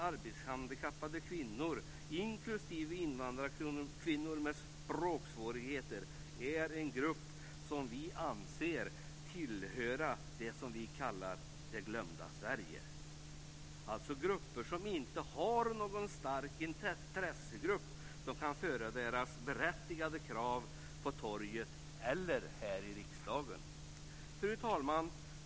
Arbetshandikappade kvinnor, inklusive invandrarkvinnor med språksvårigheter, är en grupp som vi anser tillhör det som vi kallar Det glömda Sverige. Det är grupper som inte har någon stark intressegrupp som kan föra fram deras berättigade krav på torget eller här i riksdagen. Fru talman!